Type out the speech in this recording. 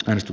risto